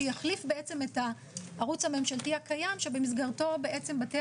שיחליף בעצם את הערוץ הממשלתי הקיים שבמסגרתו בתי